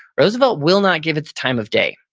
roosevelt will not give it the time of day.